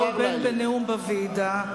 בין בשתיקה במשטרה ובין בנאום בוועידה,